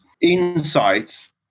Insights